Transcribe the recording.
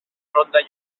ronda